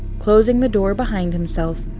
closing the door behind himself,